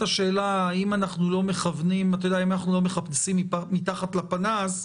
השאלה אם אנחנו לא מחפשים מתחת לפנס,